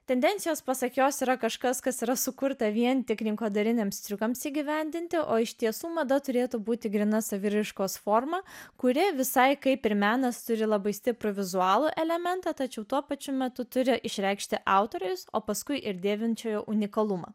tendencijos pasak jos yra kažkas kas yra sukurta vien tik rinkodariniams triukams įgyvendinti o iš tiesų mada turėtų būti gryna saviraiškos forma kuri visai kaip ir menas turi labai stiprų vizualų elementą tačiau tuo pačiu metu turi išreikšti autorius o paskui ir dėvinčiojo unikalumą